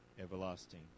everlasting